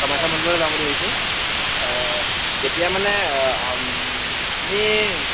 কামাখ্যা মন্দিৰলৈ যাম বুলি ভাবিছোঁ কেতিয়া মানে আমি